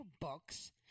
books